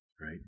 right